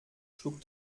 schlug